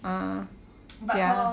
uh ya